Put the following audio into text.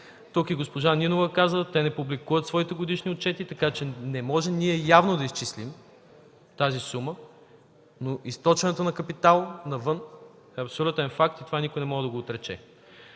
Тук и госпожа Нинова каза: те не публикуват своите годишни отчети, така че не можем да изчислим явно тази сума, но източването на капитал навън е абсолютен факт и това никой не може да отрече.